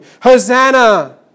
Hosanna